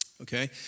Okay